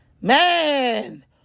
man